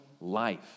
life